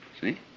See